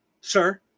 Sir